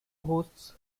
hosts